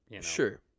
Sure